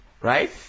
right